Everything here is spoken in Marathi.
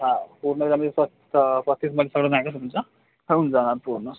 हा पूर्ण त्याच्यामध्ये प पस्तीसमध्ये सगळं नाही का तुमचं होऊन जाणार पूर्ण